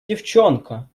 девчонка